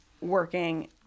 working